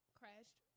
crashed